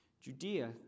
Judea